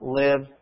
live